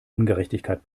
ungerechtigkeit